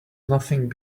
nothing